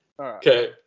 Okay